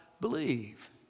believe